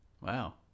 Wow